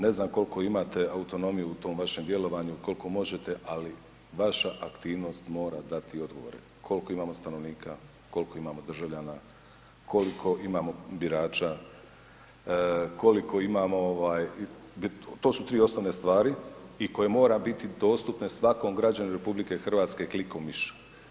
Ne znam koliko imate autonomiju u tom vašem djelovanju, koliko možete, ali vaša aktivnost mora dati odgovore, koliko imamo stanovnika, koliko imamo državljana, koliko imamo birača, koliko imamo, to su 3 osnovne stvari i koje mora biti dostupne svakom građaninu RH klikom miša.